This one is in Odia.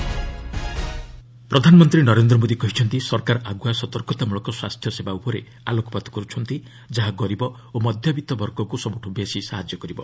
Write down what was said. ପିଏମ୍ ବାରାଣାସୀ ପ୍ରଧାନମନ୍ତ୍ରୀ ନରେନ୍ଦ୍ର ମୋଦି କହିଛନ୍ତି ସରକାର ଆଗୁଆ ସତର୍କତାମୂଳକ ସ୍ୱାସ୍ଥ୍ୟସେବା ଉପରେ ଆଲୋକପାତ କରୁଛନ୍ତି ଯାହା ଗରିବ ଓ ମଧ୍ୟବିଭବର୍ଗକୁ ସବୁଠୁ ବେଶୀ ସାହାଯ୍ୟ କରିବ